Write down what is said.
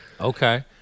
Okay